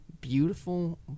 beautiful